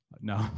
No